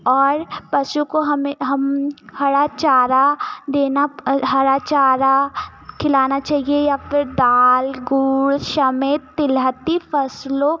और पशु को हमे हम हरा चारा देना हरा चारा खिलाना चाहिए या फिर दाल गुड़ समेत तिलहती फसलों